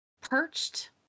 perched